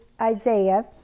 Isaiah